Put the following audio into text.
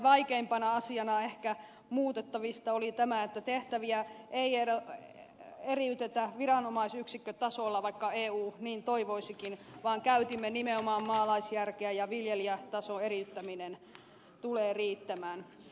vaikeimpana muutettavana asiana oli ehkä tämä että tehtäviä ei eriytetä viranomaisyksikkötasolla vaikka eu niin toivoisikin vaan käytimme nimenomaan maalaisjärkeä ja viljelijätasoeriyttäminen tulee riittämään